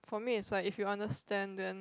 for me it's like if you understand then